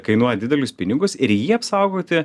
kainuoja didelius pinigus ir jį apsaugoti